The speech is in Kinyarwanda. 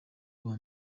uwa